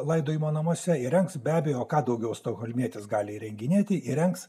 laidojimo namuose įrengs be abejo ką daugiau stokholmietis gali įrenginėti įrengs